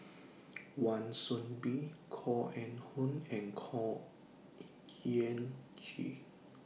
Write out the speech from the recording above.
Wan Soon Bee Koh Eng Hoon and Khor Ean Ghee